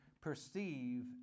perceive